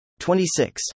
26